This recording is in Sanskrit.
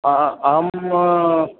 आ आ अहम् उम्म्